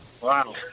Wow